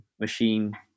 machine